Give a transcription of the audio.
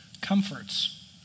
Comforts